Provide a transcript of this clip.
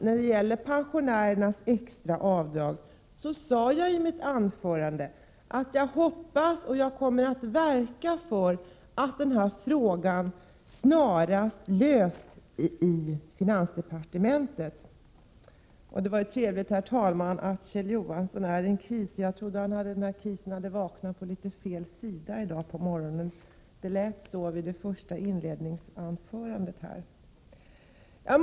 När det gäller pensionärernas extra avdrag sade jag i mitt anförande, Stig Josefson, att jag hoppas och kommer att verka för att denna fråga snarast löses i finansdepartementet. Det var för resten trevligt, herr talman, att Kjell Johansson är en ”KIS”. Jag trodde att den här kisen hade vaknat en aning på fel sida i morse — det lät så vid hans inledningsanförande i dag.